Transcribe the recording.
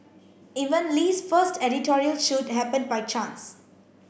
even Lee's first editorial shoot happen by chance